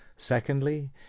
Secondly